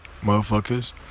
motherfuckers